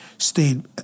stayed